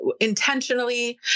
intentionally